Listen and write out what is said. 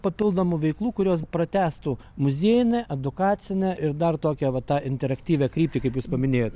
papildomų veiklų kurios pratęstų muziejinę edukacinę ir dar tokią vat tą interaktyvią kryptį kaip jūs paminėjot